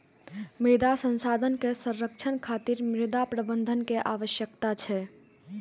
मृदा संसाधन के संरक्षण खातिर मृदा प्रबंधन के आवश्यकता छै